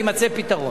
ויימצא פתרון.